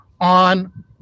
on